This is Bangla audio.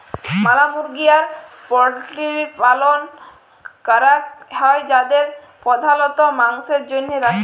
ম্যালা মুরগি আর পল্ট্রির পালল ক্যরাক হ্যয় যাদের প্রধালত মাংসের জনহে রাখে